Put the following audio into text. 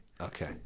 Okay